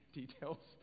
details